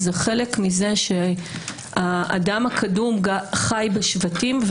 זה חלק מזה שהאדם הקדום חי בשבטים,